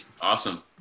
Awesome